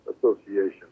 Association